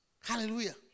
Hallelujah